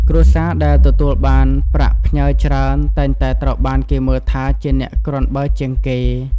គ្រួសារដែលទទួលបានប្រាក់ផ្ញើច្រើនតែងតែត្រូវបានគេមើលថាជាអ្នកគ្រាន់បើជាងគេ។